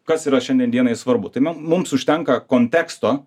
kas yra šiandien dienai svarbu tai mums užtenka konteksto